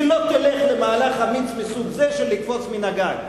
שלא תלך למהלך אמיץ מסוג זה של לקפוץ מן הגג.